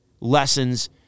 lessons